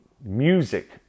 music